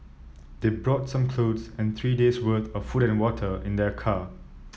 they brought some clothes and three days worth of food and water in their car